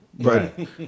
Right